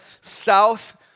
south